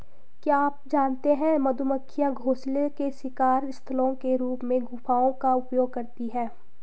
क्या आप जानते है मधुमक्खियां घोंसले के शिकार स्थलों के रूप में गुफाओं का उपयोग करती है?